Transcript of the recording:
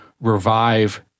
revive